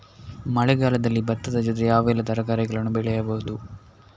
ಮಳೆಗಾಲದಲ್ಲಿ ಭತ್ತದ ಜೊತೆ ಯಾವೆಲ್ಲಾ ತರಕಾರಿಗಳನ್ನು ಬೆಳೆಯಬಹುದು?